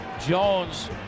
Jones